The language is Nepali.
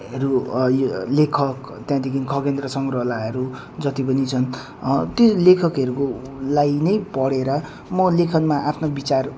हरू लेखक त्यहाँदेखिन् खगेन्द्र सङ्ग्रौलाहरू जति पनि छन् त्यो लेखकहरूको लागि नै पढेर म लेखनमा आफ्नो विचार